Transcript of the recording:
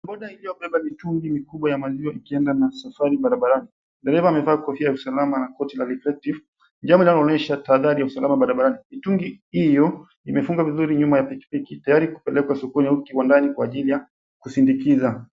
Boda iliyobeba mitungi ya maziwa ikienda na safari barabarani. Dereva amevaa kofia ya usalama na koti la reflective jambo linaloonyesha tahadhari ya usalama barabarani. Mitungi hiyo imefungwa vizuri nyuma ya pikipiki tayari kupelekwa sokoni ama kiwandani kwa ajili ya kusindikiza.